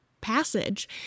passage